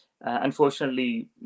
unfortunately